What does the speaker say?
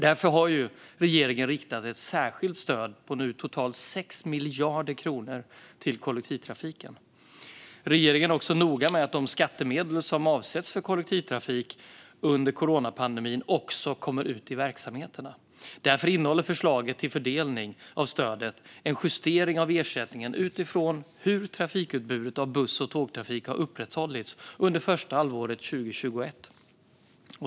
Därför har regeringen riktat ett särskilt stöd på totalt 6 miljarder kronor till kollektivtrafiken. Regeringen är också noga med att de skattemedel som avsätts för kollektivtrafik under coronapandemin kommer ut i verksamheterna. Därför innehåller förslaget till fördelning av stödet en justering av ersättningen utifrån hur trafikutbudet av buss och tågtrafik har upprätthållits under första halvåret 2021.